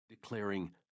declaring